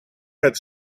het